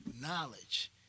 knowledge